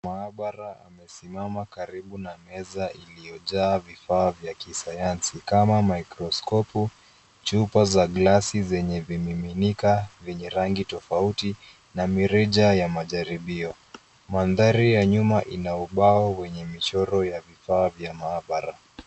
Maabara amesimama karibu na meza iliyojaa vifaa vya kisayansi, kama microskopu, chupa za glasi zenye vimiminika vyenye rangi tofauti, na mirija ya majaribio. Mandhari ya nyuma ina ubao wenye michoro ya vifaa vya maabara.